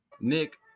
nick